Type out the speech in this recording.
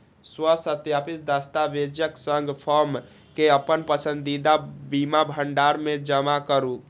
स्वसत्यापित दस्तावेजक संग फॉर्म कें अपन पसंदीदा बीमा भंडार मे जमा करू